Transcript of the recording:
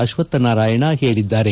ಅಶ್ವಕ್ ನಾರಾಯಣ ಹೇಳಿದ್ದಾರೆ